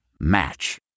Match